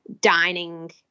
dining